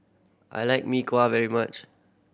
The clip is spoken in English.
I like Mee Kuah very much